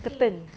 curtain